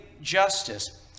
justice